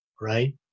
right